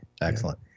Excellent